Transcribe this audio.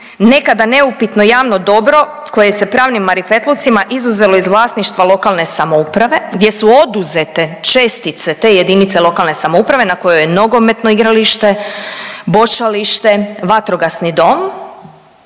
nekada neupitno javno dobro koje se pravnim manifetlucima izuzelo iz vlasništva lokalne samouprave gdje su oduzete čestice te jedinice lokalne samouprave na kojoj je nogometno igralište, bočalište, vatrogasni dom